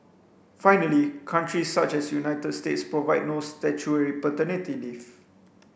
finally countries such as United States provide no statutory paternity leave